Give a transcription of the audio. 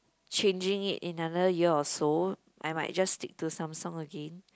changing it in another year or so I might just stick to Samsung again